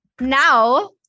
now